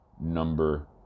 number